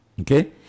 Okay